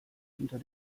hinter